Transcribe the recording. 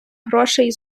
грошей